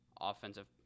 offensive